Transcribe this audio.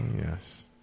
yes